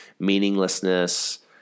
meaninglessness